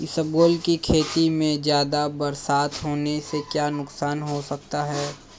इसबगोल की खेती में ज़्यादा बरसात होने से क्या नुकसान हो सकता है?